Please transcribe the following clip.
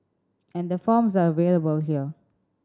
and the forms are available here